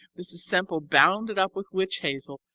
mrs. semple bound it up with witch-hazel,